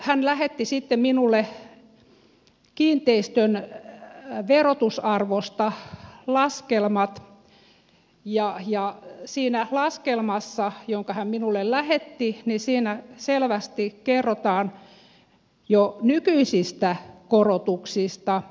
hän lähetti sitten minulle kiinteistön verotusarvosta laskelmat ja siinä laskelmassa jonka hän minulle lähetti selvästi kerrotaan jo nykyisistä korotuksista